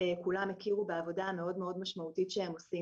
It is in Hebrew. כולם הכירו בעבודה המאוד משמעותית שהם עושים.